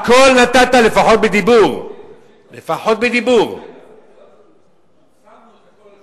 הכול נתת, לפחות, שמנו את הכול על